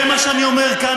זה מה שאני אומר כאן